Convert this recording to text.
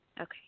Okay